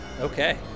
Okay